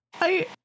I-